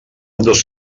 dos